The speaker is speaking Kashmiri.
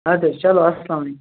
اَدٕ حظ چَلو اَسلام علیکُم